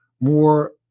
more